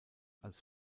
als